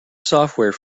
software